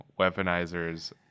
Weaponizers